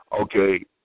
Okay